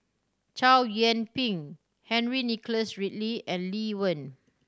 Chow Yian Ping Henry Nicholas Ridley and Lee Wen